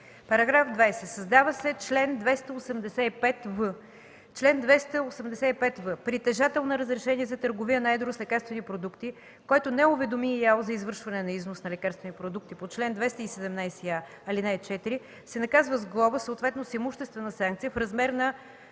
§ 20: „§ 20. Създава се чл. 285в: „Чл. 285в. Притежател на разрешение за търговия на едро с лекарствени продукти, който не уведоми ИАЛ за извършване на износ на лекарствени продукти по чл. 217а, ал. 4, се наказва с глоба, съответно с имуществена санкция в размер от